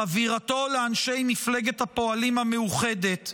חבירתו לאנשי מפלגת הפועלים המאוחדת,